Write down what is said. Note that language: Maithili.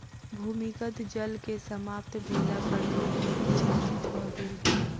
भूमिगत जल के समाप्त भेला पर लोक बहुत चिंतित भ गेल